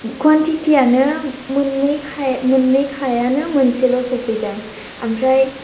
quantity यानो मोन्नैखायानो मोनसेल' सौफैदों ओमफ्राय